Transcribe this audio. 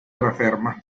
terraferma